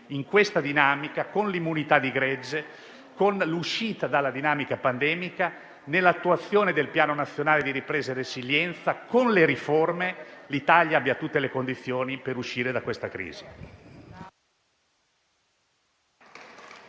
in questa dinamica, con l'immunità di gregge, con l'uscita dalla pandemia, nell'attuazione del Piano nazionale di ripresa e resilienza e con le riforme, l'Italia abbia tutte le condizioni per uscire dalla crisi.